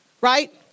right